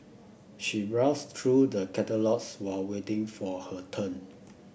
she browsed through the catalogues while waiting for her turn